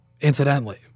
incidentally